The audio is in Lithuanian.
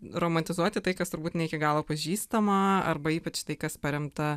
romantizuoti tai kas turbūt ne iki galo pažįstama arba ypač tai kas paremta